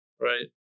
right